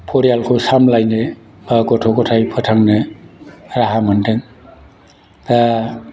परियालखो सामलायनो बा गथ' गथाय फोथांनो राहा मोन्दों